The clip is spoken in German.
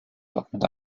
dortmund